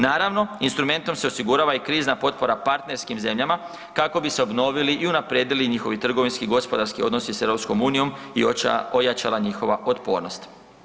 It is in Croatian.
Naravno, instrumentom se osigurava i krizna potpora partnerskim zemljama kako bi se obnovili i unaprijedili njihovi trgovinski i gospodarski odnosi s EU i ojačala njihova otpornost.